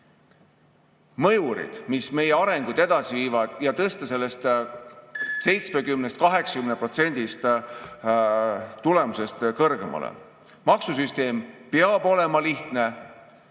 mõjurid, mis meie arengut edasi viivad ja tõstavad sellest 70–80%‑lisest tulemusest kõrgemale. Maksusüsteem peab olema lihtne,